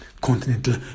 continental